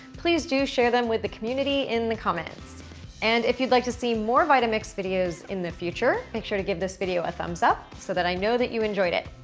please do share them with the community in the comments and if you'd like to see more vitamix videos in the future, make sure to give this video a thumbs up so that i know that you enjoyed it.